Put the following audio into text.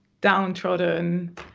downtrodden